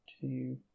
two